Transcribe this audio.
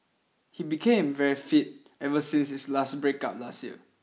he became very fit ever since his last breakup last year